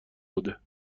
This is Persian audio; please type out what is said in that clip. بوده